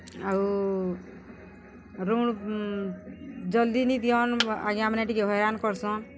ଆଉ ଋଣ୍ ଜଲ୍ଦି ନି ଦିଅନ୍ ଆଜ୍ଞାମାନେ ଟିକେ ହଇରାଣ୍ କର୍ସନ୍